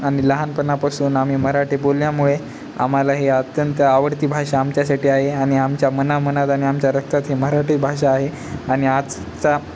आणि लहानपणापासून आम्ही म्हराठी बोलल्यामुळे आम्हाला ही अत्यंत आवडती भाषा आमच्यासाठी आहे आणि आमच्या मनामनात आणि आमच्या रक्तात ही मराठी भाषा आहे आणि आजचा